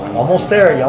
almost there, yeah